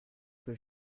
que